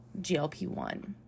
GLP-1